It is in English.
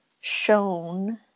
shown